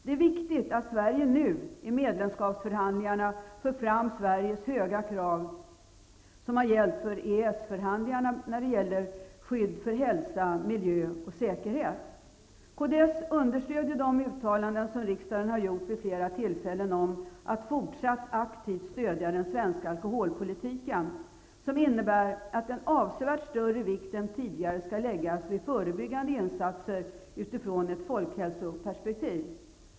Det är viktigt att Sverige nu i medlemskapsförhandlingarna för fram Sveriges höga krav, som har gällt för EES-förhandlingarna beträffande skydd för hälsa, miljö och säkerhet. Kds understöder de uttalanden som riksdagen vid flera tillfällen har gjort om att fortsatt aktivt stödja den svenska alkoholpolitiken, som innebär att en avsevärt större vikt än tidigare skall läggas vid förebyggande insatser utifrån ett folkhälsoperspektiv.